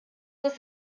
dass